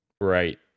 Right